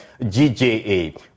GJA